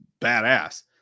badass